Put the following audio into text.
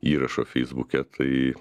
įrašo feisbuke tai